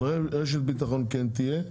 אבל רשת ביטחון כן תהיה,